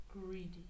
Greedy